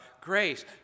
grace